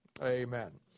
Amen